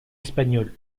espagnols